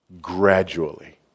gradually